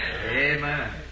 Amen